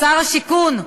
שר השיכון,